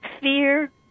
fear